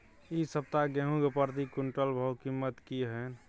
इ सप्ताह गेहूं के प्रति क्विंटल कीमत की हय?